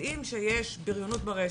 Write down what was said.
יודעים שיש בריונות ברשת,